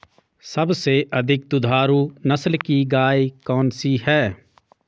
सबसे अधिक दुधारू नस्ल की गाय कौन सी है?